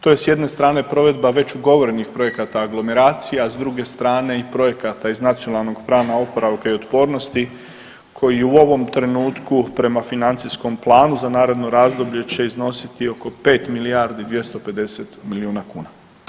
To je s jedne strane provedba već ugovorenih projekata aglomeracija, a s druge strane i projekata iz Nacionalnog plana oporavka i otpornosti koji u ovom trenutku prema financijskom planu za naredno razdoblje će iznositi oko 5 milijardi 250 miliona kuna.